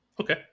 Okay